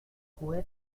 hohe